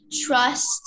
trust